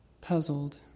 Puzzled